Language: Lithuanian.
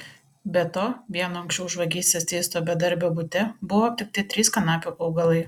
be to vieno anksčiau už vagystes teisto bedarbio bute buvo aptikti trys kanapių augalai